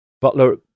butler